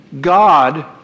God